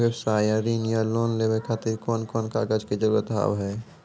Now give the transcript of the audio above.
व्यवसाय ला ऋण या लोन लेवे खातिर कौन कौन कागज के जरूरत हाव हाय?